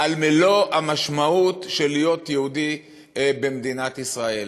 על מלוא המשמעות של להיות יהודי במדינת ישראל.